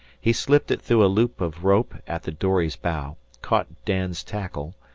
he slipped it through a loop of rope at the dory's bow, caught dan's tackle,